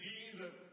Jesus